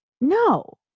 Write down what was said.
no